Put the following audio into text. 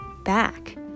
back